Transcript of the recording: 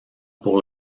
pour